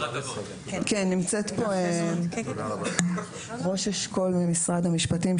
נמצאת פה ראש אשכול ממשרד המשפטים,